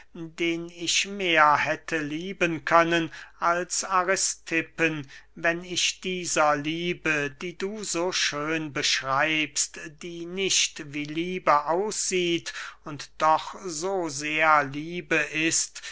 den ich mehr hätte lieben können als aristippen wenn ich dieser liebe die du so schön beschreibst die nicht wie liebe aussieht und doch so sehr liebe ist